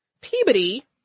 Peabody